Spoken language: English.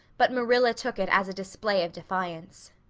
but marilla took it as a display of defiance.